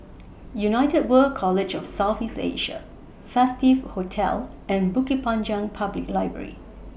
United World College of South East Asia Festive Hotel and Bukit Panjang Public Library